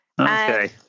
Okay